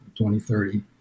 2030